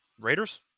Raiders